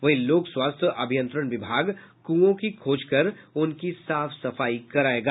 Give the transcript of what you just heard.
वहीं लोक स्वास्थ्य अभियंत्रण विभाग कुओं की खोज कर उनकी साफ सफाई करायेगा